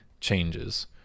changes